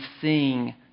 sing